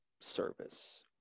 service